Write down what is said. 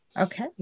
Okay